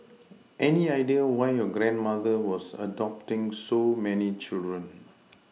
any idea why your grandmother was adopting so many children